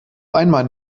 einmal